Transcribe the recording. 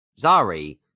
Zari